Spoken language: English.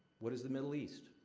what is the middle east?